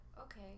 Okay